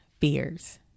fears